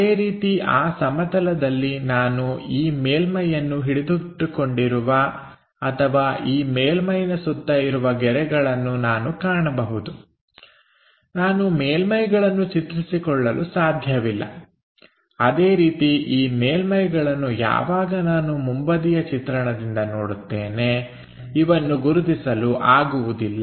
ಅದೇ ರೀತಿ ಆ ಸಮತಲದಲ್ಲಿ ನಾನು ಈ ಮೇಲ್ಮೈಯನ್ನು ಹಿಡಿದಿಟ್ಟುಕೊಂಡಿರುವ ಅಥವಾ ಈ ಮೇಲ್ಮೈನ ಸುತ್ತ ಇರುವ ಗೆರೆಗಳನ್ನು ನಾನು ಕಾಣಬಹುದು ನಾನು ಮೇಲ್ಮೈಗಳನ್ನು ಚಿತ್ರಿಸಿಕೊಳ್ಳಲು ಸಾಧ್ಯವಿಲ್ಲ ಅದೇ ರೀತಿ ಈ ಮೇಲ್ಮೈಗಳನ್ನು ಯಾವಾಗ ನಾನು ಮುಂಬದಿಯ ಚಿತ್ರಣದಿಂದ ನೋಡುತ್ತೇನೆ ಇವನ್ನು ಗುರುತಿಸಲು ಆಗುವುದಿಲ್ಲ